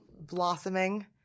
blossoming –